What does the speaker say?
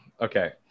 Okay